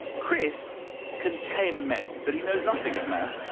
chris can tame men, but he knows nothing of maths.